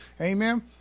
Amen